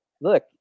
look